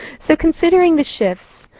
so considering the shifts,